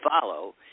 follow